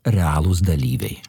realūs dalyviai